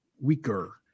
Weaker